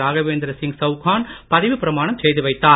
ராகவேந்திர சிங் சவுகான் பதவி பிரமானம் செய்து வைத்தார்